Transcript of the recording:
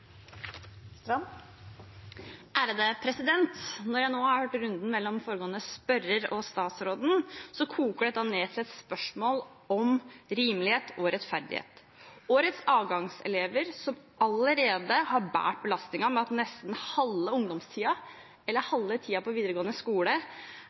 Når jeg nå har hørt runden mellom foregående spørrer og statsråden, så koker dette ned til et spørsmål om rimelighet og rettferdighet. Årets avgangselever, som allerede har båret belastningen med at nesten halve ungdomstiden, eller